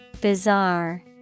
Bizarre